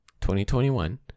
2021